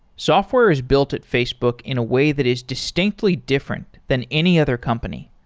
software is built at facebook in a way that is distinctly different than any other company.